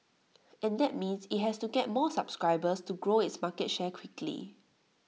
and that means IT has to get more subscribers and grow its market share quickly